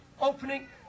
opening